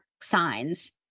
signs